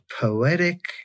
poetic